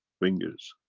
fingers,